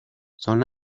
son